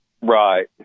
Right